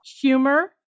humor